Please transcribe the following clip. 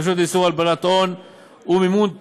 הרשות לאיסור הלבנת הון ומימון טרור,